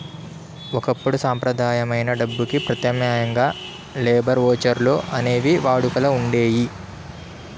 ఒకప్పుడు సంప్రదాయమైన డబ్బుకి ప్రత్యామ్నాయంగా లేబర్ ఓచర్లు అనేవి వాడుకలో ఉండేయి